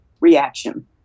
reaction